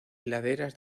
laderas